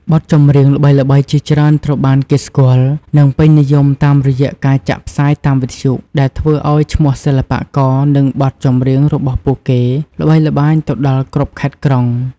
បទចម្រៀងល្បីៗជាច្រើនត្រូវបានគេស្គាល់ និងពេញនិយមតាមរយៈការចាក់ផ្សាយតាមវិទ្យុ ដែលធ្វើឲ្យឈ្មោះសិល្បករ និងបទចម្រៀងរបស់ពួកគេល្បីល្បាញទៅដល់គ្រប់ខេត្តក្រុង។